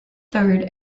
third